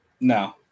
No